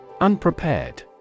Unprepared